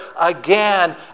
again